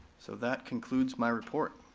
so that concludes my report.